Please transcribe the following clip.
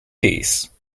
peace